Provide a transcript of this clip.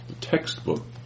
textbook